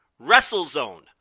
WrestleZone